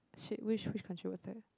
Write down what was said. !shit! which which country was that